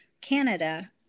Canada